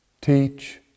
teach